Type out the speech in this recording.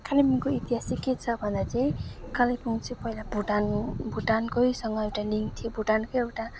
कालिम्पोङको इतिहास चाहिँ के छ भन्दा चाहिँ कालिम्पोङ चाहिँ पहिला भुटान भुटानकैसँग एउटा लिङ्क थियो भुटानकै एउटा